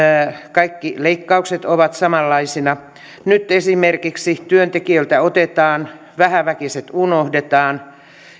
kaikki leikkaukset ovat samanlaisia nyt esimerkiksi työntekijöiltä otetaan vähäväkiset unohdetaan